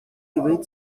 evento